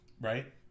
right